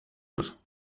gusa